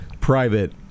private